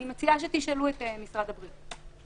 אני מציעה שתשאלו את משרד הבריאות.